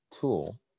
tool